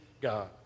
God